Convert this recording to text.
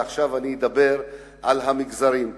עכשיו אני אדבר על המגזרים,